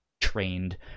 trained